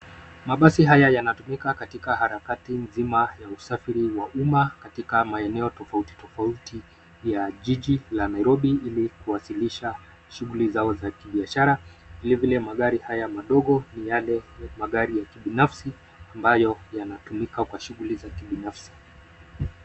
Mabasi haya yanatumika katika harakati nzima ya uasafiri wa umma katika maeneo tofauti tofauti ya jiji la Nairobi ili kuwashilisha shughuli zao za kibiashara, vile vile magari haya madogo ni yale magari ya kibinafsi ambayo yanatumika kwa shughuli za kibinafsi.